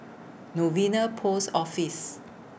Novena Post Office